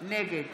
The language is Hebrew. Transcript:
נגד